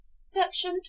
Section